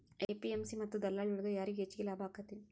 APMC ಮತ್ತ ದಲ್ಲಾಳಿ ಒಳಗ ಯಾರಿಗ್ ಹೆಚ್ಚಿಗೆ ಲಾಭ ಆಕೆತ್ತಿ?